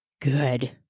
Good